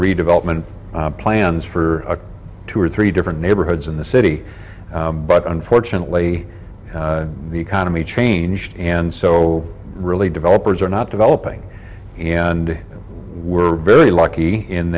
redevelopment plans for a two or three different neighborhoods in the city but unfortunately the economy changed and so really developers are not developing and we're very lucky in